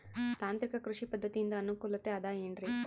ತಾಂತ್ರಿಕ ಕೃಷಿ ಪದ್ಧತಿಯಿಂದ ಅನುಕೂಲತೆ ಅದ ಏನ್ರಿ?